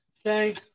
okay